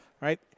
right